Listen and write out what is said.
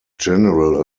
general